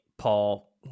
Paul